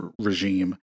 regime